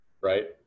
right